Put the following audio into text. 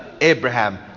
Abraham